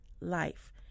life